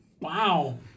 Wow